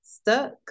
stuck